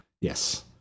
Yes